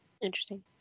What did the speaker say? Interesting